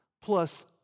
plus